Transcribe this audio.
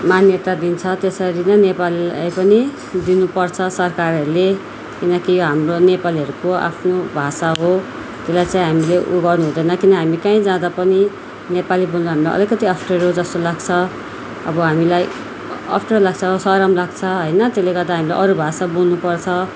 मान्यता दिन्छ त्यसरी नै नेपालीलाई पनि दिनुपर्छ सरकारहरूले किनकि यो हाम्रो नेपालीहरूको आफ्नो भाषा हो त्यसलाई चाहिँ हामीले उयो गर्नु हुँदैन किन हामी कहीँ जाँदा पनि नेपाली बोल्नु हामीलाई अलिकति अफ्ठ्यारो जस्तो लाग्छ अब हामीलाई अ अफ्ठ्यारो लाग्छ सरम लाग्छ होइन त्यसले गर्दा हामीलाई अरू भाषा बोल्नुपर्छ